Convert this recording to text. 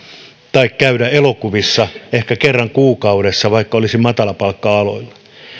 tai käydä elokuvissa ehkä kerran kuukaudessa vaikka olisi matalapalkka aloilla